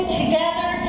together